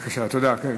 תודה.